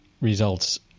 results